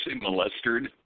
molested